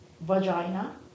vagina